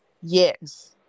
yes